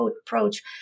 approach